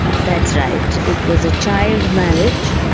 that's right, it was a child marriage.